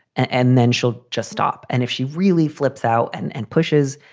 and then she'll just stop. and if she really flips out and and pushes,